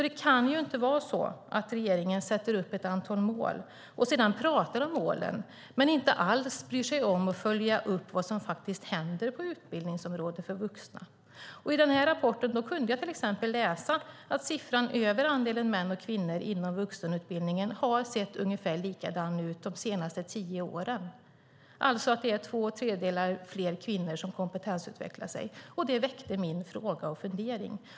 Det kan ju inte vara så att regeringen sätter upp ett antal mål och sedan pratar om målen men inte alls bryr sig om att följa upp vad som faktiskt händer på utbildningsområdet för vuxna. I den här rapporten kunde jag till exempel läsa att siffran över andelen män och kvinnor inom vuxenutbildningen har sett ungefär likadan ut de senaste tio åren. Det är alltså två tredjedelar fler kvinnor som kompetensutvecklar sig. Det väckte min fråga och fundering.